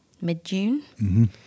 mid-June